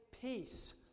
peace